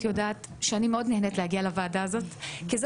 יודעת שאני מאוד נהנית להגיע לוועדה הזאת כי זאת